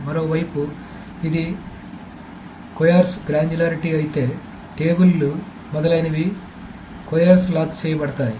మరోవైపు ఇది ముతక గ్రాన్యులారిటీ అయితే టేబుల్లు మొదలైనవి ముతకగా లాక్ చేయబడతాయి